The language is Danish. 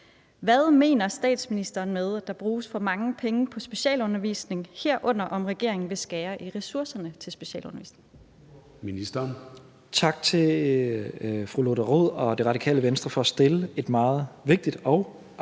Hvad mener regeringen med, at der bruges for mange penge på specialundervisning, herunder om regeringen vil skære i ressourcerne til specialundervisning?